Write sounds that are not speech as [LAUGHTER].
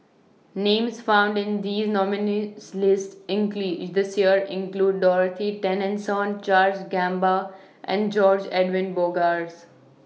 Names found in This nominees' list [UNINTELLIGIBLE] IS This Year include Dorothy Tessensohn Charles Gamba and George Edwin Bogaars